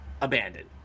abandoned